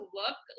look